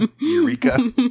eureka